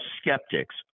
skeptics